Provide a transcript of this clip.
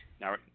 now